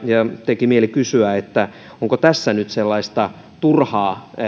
teki mieli kysyä onko tässä nyt sellaista turhaa